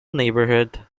neighborhood